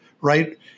right